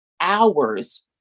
hours